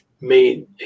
made